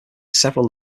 several